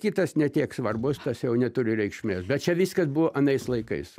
kitas ne tiek svarbus tas jau neturi reikšmės bet čia viskas buvo anais laikais